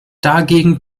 dagegen